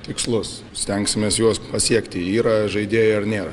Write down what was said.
tikslus stengsimės juos pasiekti yra žaidėjai ar nėra